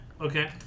Okay